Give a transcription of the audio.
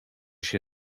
się